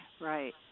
Right